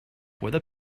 where